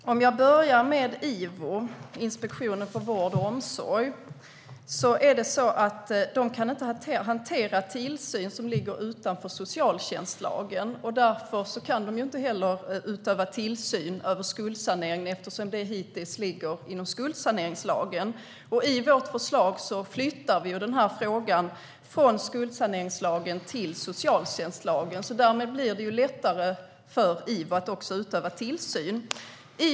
Herr talman! Låt mig börja med Inspektionen för vård och omsorg, IVO. De kan inte hantera tillsyn som ligger utanför socialtjänstlagen. Därför kan de inte heller utöva tillsyn över skuldsaneringen eftersom det hittills har legat inom skuldsaneringslagen. I vårt förslag flyttar vi frågan från skuldsaneringslagen till socialtjänstlagen. Därmed blir det lättare för IVO att utöva tillsynen.